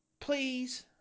please